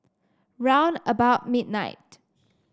round about midnight